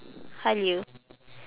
Halia